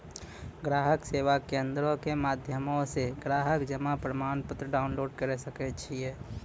ग्राहक सेवा केंद्रो के माध्यमो से ग्राहक जमा प्रमाणपत्र डाउनलोड करे सकै छै